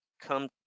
come